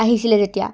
আহিছিলে যেতিয়া